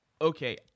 okay